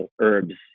herbs